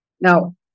Now